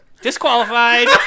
Disqualified